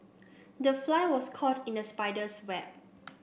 the fly was caught in the spider's web